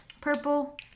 purple